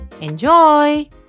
enjoy